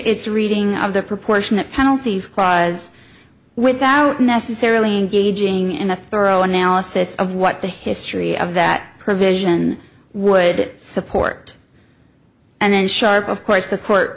its reading of the proportionate penalties cries without necessarily engaging in a thorough analysis of what the history of that provision would support and then sharp of course the court